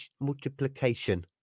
multiplication